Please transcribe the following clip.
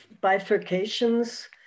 bifurcations